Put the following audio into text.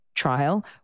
Trial